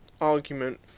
argument